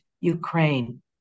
Ukraine